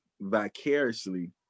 vicariously